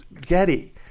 Getty